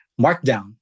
markdown